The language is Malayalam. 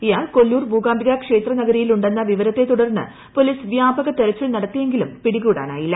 ഇയാൾ കൊല്ലൂർ മൂകാംബിക ക്ഷേത്ര നഗരിയിൽ ഉണ്ടെന്ന വിവരത്തെ തുടർന്ന് പൊലീസ് വ്യാപക തെരച്ചിൽ നടത്തിയെങ്കിലും പിടികൂടാനായില്ല